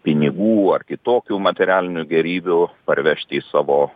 pinigų ar kitokių materialinių gėrybių parvežti į savo